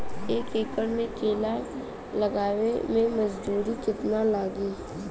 एक एकड़ में केला लगावे में मजदूरी कितना लागी?